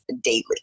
daily